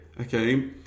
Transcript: okay